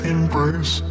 Embrace